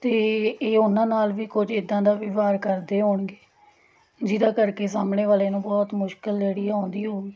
ਅਤੇ ਇਹ ਉਹਨਾਂ ਨਾਲ ਵੀ ਕੁਝ ਇੱਦਾਂ ਦਾ ਵਿਵਹਾਰ ਕਰਦੇ ਹੋਣਗੇ ਜਿਹਦਾ ਕਰਕੇ ਸਾਹਮਣੇ ਵਾਲੇ ਨੂੰ ਬਹੁਤ ਮੁਸ਼ਕਲ ਜਿਹੜੀ ਆ ਆਉਂਦੀ ਹੋਊਗੀ